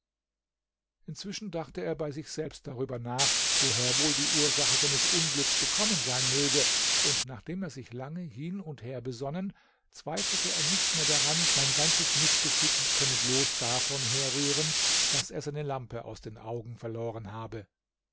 inzwischen dachte er bei sich selbst darüber nach woher wohl die ursache seines unglücks gekommen sein möge und nachdem er sich lange hin und her besonnen zweifelte er nicht mehr daran sein ganzes mißgeschick könne bloß davon herrühren daß er seine lampe aus den augen verloren habe